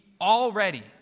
already